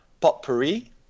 potpourri